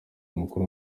mukuru